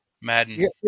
Madden